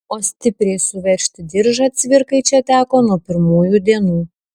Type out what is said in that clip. o stipriai suveržti diržą cvirkai čia teko nuo pirmųjų dienų